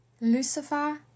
Lucifer